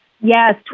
Yes